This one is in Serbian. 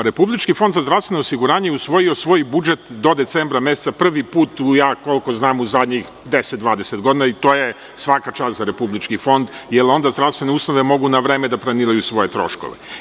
Republički fond za zdravstveno osiguranje usvojio je svoj budžet do decembra meseca, koliko znam u zadnjih 10, 20 godina i svaka čast za RFZO, jer onda zdravstvene ustanove mogu na vreme da planiraju svoje troškove.